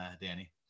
Danny